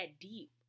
deep